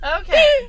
okay